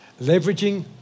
Leveraging